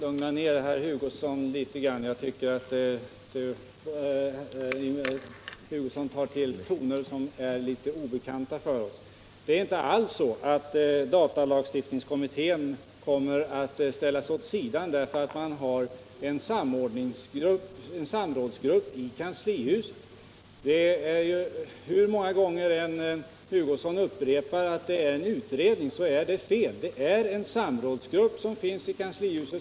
Herr talman! Får jag lugna ner Kurt Hugosson litet — Kurt Hugosson tar till tongångar som är litet obekanta för oss. Det är inte alls så att datalagstiftningskommittén kommer att ställas åt sidan därför att man har en samrådsgrupp i kanslihuset. Hur många gånger Kurt Hugosson än upprepar att det är fråga om en ny utredning är det fel. Det är en samrådsgrupp som tillsatts i kanslihuset.